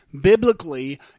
Biblically